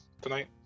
tonight